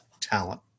talent